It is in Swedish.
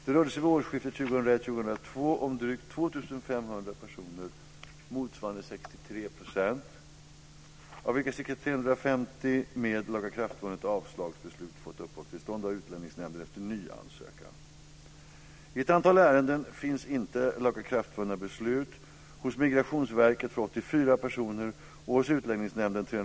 Det rörde sig vid årsskiftet Utlänningsnämnden för 357 personer.